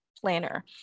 planner